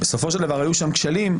בסופו של דבר היו שם כשלים,